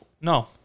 No